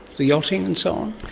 the yachting and so on.